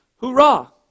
Hoorah